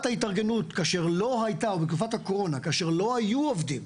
ההתארגנות או בתקופת הקורונה כאשר לא היו עובדים,